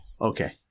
Okay